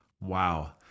Wow